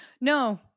no